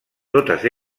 totes